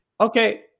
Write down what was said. Okay